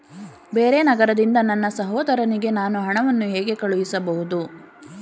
ಬೇರೆ ನಗರದಿಂದ ನನ್ನ ಸಹೋದರಿಗೆ ನಾನು ಹಣವನ್ನು ಹೇಗೆ ಕಳುಹಿಸಬಹುದು?